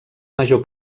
major